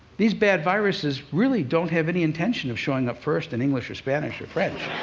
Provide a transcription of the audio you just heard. these bad viruses really don't have any intention of showing up first in english or spanish or french.